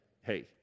hey